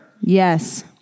Yes